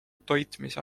toitmise